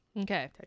Okay